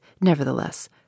nevertheless